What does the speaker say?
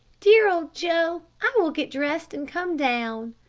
dear old joe, i will get dressed and come down.